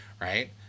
right